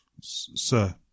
Sir